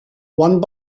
one